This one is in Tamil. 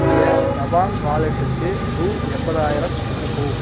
என்னுடைய ஜபாங் வாலெட்டுக்கு ரூ எண்பதாயிரம் அனுப்பவும்